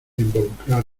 involucrar